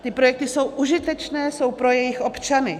Ty projekty jsou užitečné, jsou pro jejich občany.